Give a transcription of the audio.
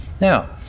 Now